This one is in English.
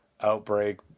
outbreak